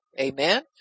amen